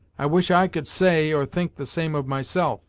i wish i could say, or think the same of myself